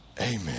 Amen